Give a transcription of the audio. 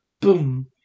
Boom